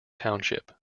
township